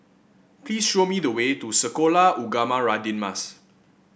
please show me the way to Sekolah Ugama Radin Mas